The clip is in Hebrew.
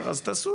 שוב,